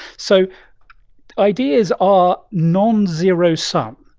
so ideas are non-zero-sum.